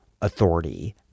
authority